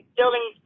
building